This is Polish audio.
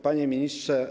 Panie Ministrze!